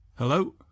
Hello